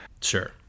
Sure